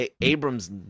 Abrams